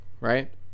right